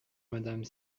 madame